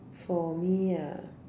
for me ah